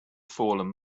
fallen